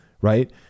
right